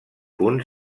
punt